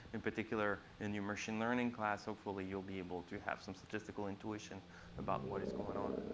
in particular in the immersion learning class, hopefully you'll be able to have some statistical intuition about what is going on.